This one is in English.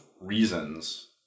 reasons